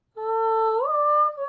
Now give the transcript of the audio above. o